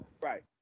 right